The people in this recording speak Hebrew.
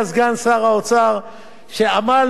שעמל וטרח והשקיע,